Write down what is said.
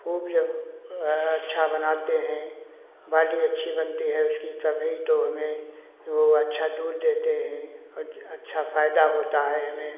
खूब जब अच्छा बनाते हैं बाडी अच्छी बनती है उसकी तभी तो हमें वो अच्छा दूध देते हैं और अच्छा फायदा होता है हमें